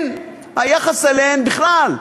היחס אליהן, בכלל,